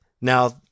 Now